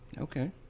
okay